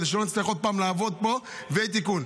כדי שלא נצטרך עוד פעם לעבוד פה ויהיה תיקון.